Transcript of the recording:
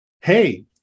Hey